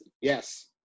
Yes